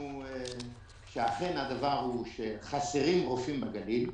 שאכן הדבר הוא שחסרים רופאים בגליל,